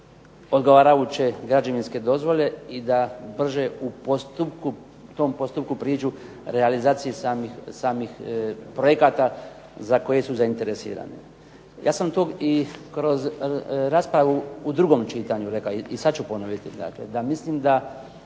odgovarajuće građevinske dozvole i da brže u tom postupku priđu realizaciji samih projekata za koje su zainteresirani. Ja sam to i kroz raspravu u drugom čitanju rekao i sad ću ponoviti dakle, da mislim da